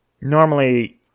normally